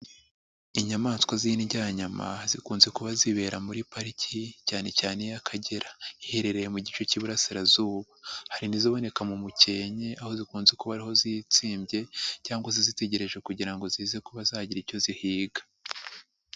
Inyamaswa z'indyanyama zikunze kuba zibera muri pariki cyane cyane iy'Akagera iherereye mu gice k'Iburasirazuba, hari n'izoboneka mu mukenke aho zikunze kubaho zitsimbye cyangwa se zitegereje kugira ngo zize kuba zagira icyo zihiga.